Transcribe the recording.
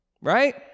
Right